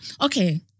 okay